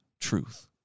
truth